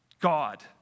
God